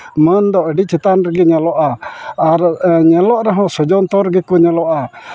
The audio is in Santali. ᱢᱟᱹᱱ ᱫᱚ ᱟᱹᱰᱤ ᱪᱮᱛᱟᱱ ᱨᱮᱜᱮ ᱧᱮᱞᱚᱜᱼᱟ ᱟᱨ ᱧᱮᱞᱚᱜ ᱨᱮᱦᱚᱸ ᱥᱚᱡᱚᱱᱛᱚᱨ ᱜᱮᱠᱚ ᱧᱮᱞᱚᱜᱼᱟ